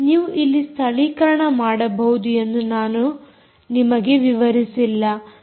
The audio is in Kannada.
ನೀವು ಇಲ್ಲಿ ಸ್ಥಳೀಕರಣ ಮಾಡಬಹುದು ಎಂದು ನಾವು ನಿಮಗೆ ವಿವರಿಸಿಲ್ಲ